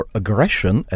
aggression